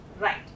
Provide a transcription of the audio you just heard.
right